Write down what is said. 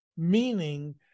meaning